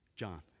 John